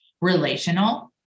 relational